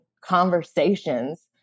conversations